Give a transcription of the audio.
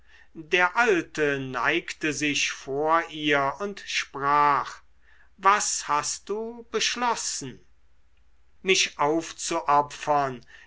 der alte neigte sich vor ihr und sprach was hast du beschlossen mich aufzuopfern